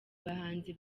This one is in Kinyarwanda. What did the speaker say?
bahanzi